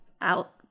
out